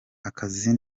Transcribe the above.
akazi